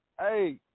Hey